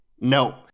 No